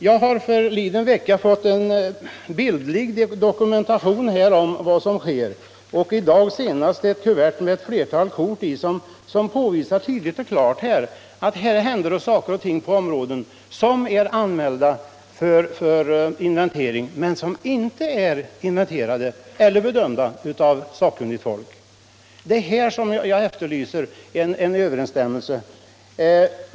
Jag fick för drygt en vecka sedan en dokumentation med bilder av vad som sker. Senast i dag fick jag ett kuvert med flera kort som tydligt och klart påvisar att det händer saker och ting på områden som är anmälda för inventering men som ännu inte är bedömda av sakkunnigt folk. Jag efterlyser här en överensstämmelse.